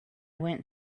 went